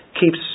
keeps